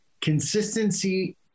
Consistency